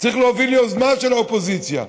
צריך להוביל יוזמה של האופוזיציה,